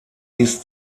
ist